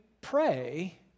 pray